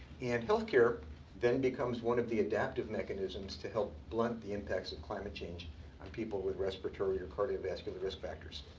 and health care then becomes one of the adaptive mechanisms to help blunt the impacts of climate change on people with respiratory or cardiovascular risk factors.